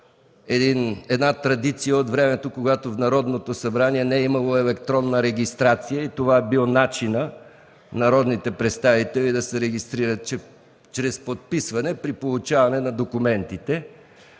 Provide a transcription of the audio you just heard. е традиция от времето, когато в Народното събрание не е имало електронна регистрация и това е бил начинът народните представители да се регистрират – чрез подписване при получаване на документите.